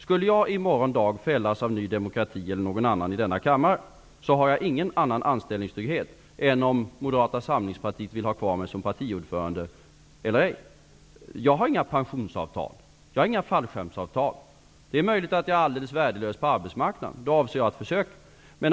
Skulle jag i morgon dag fällas av Ny demokrati eller någon annan i denna kammare, har jag ingen annan anställningstrygghet än om Moderata samlingspartiet vill ha kvar mig som partiordförande. Jag har inga pensionsavtal. Jag har inga fallskärmsavtal. Det är möjligt att jag är alldeles värdelös på arbetsmarknaden. Men jag avser att försöka.